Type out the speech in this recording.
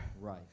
Right